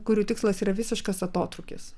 kurių tikslas yra visiškas atotrūkis